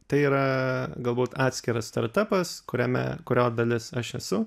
tai yra galbūt atskiras startapas kuriame kurio dalis aš esu